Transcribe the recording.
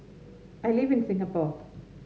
I live in Singapore